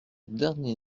dernier